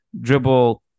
dribble